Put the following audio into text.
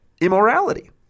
immorality